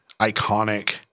iconic –